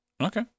Okay